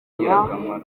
ingirakamaro